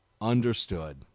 understood